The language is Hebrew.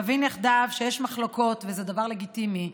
נבין יחדיו שיש מחלוקות, וזה דבר לגיטימי.